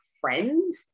friends